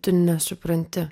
tu nesupranti